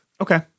Okay